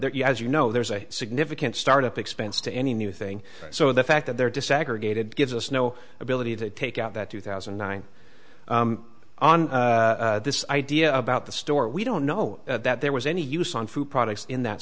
you as you know there's a significant startup expense to any new thing so the fact that they're disaggregated gives us no ability to take out that two thousand and nine on this idea about the store we don't know that there was any use on food products in that